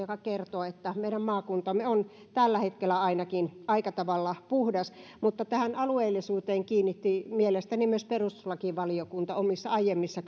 mikä kertoo että meidän maakuntamme on tällä hetkellä ainakin aika tavalla puhdas mutta tähän alueellisuuteen kiinnitti mielestäni myös perustuslakivaliokunta omissa aiemmissa